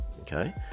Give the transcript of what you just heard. Okay